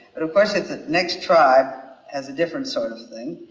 but of course if the next tribe has a different sort of thing,